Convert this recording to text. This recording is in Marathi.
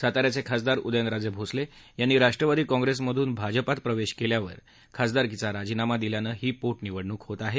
साताऱ्याचे खासदार उदयनराजे भोसले यांनी राष्ट्रवादी काँप्रेसमधून भाजपात प्रवेश केल्यावर खासदारकीचा राजीनामा दिल्यानं ही पोटनिवडणूक होत आहे